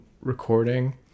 recording